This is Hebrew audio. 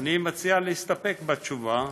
אני מציע להסתפק בתשובה,